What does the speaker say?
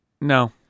No